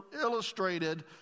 illustrated